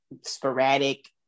sporadic